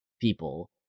people